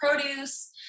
Produce